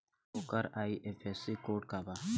ओकर IFSC code का बा?